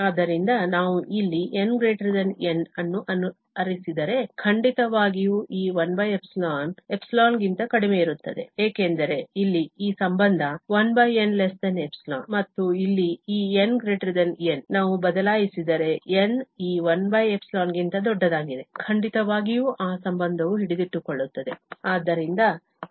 ಆದ್ದರಿಂದ ನಾವು ಇಲ್ಲಿ n N ಅನ್ನು ಆರಿಸಿದರೆ ಖಂಡಿತವಾಗಿಯೂ ಈ 1 ϵ ಗಿಂತ ಕಡಿಮೆಯಿರುತ್ತದೆ ಏಕೆಂದರೆ ಇಲ್ಲಿ ಈ ಸಂಬಂಧ 1n ಮತ್ತು ಇಲ್ಲಿ ಈ n N ನಾವು ಬದಲಾಯಿಸಿದರೆ N ಈ 1 ಗಿಂತ ದೊಡ್ಡದಾಗಿದೆ ಖಂಡಿತವಾಗಿಯೂ ಆ ಸಂಬಂಧವು ಹಿಡಿದಿಟ್ಟುಕೊಳ್ಳುತ್ತದೆ